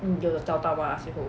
有的找到 mah 最后